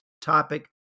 topic